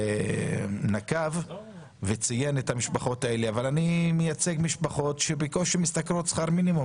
אבל אני מייצג משפחות שבקושי משתכרות שכר מינימום,